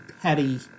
petty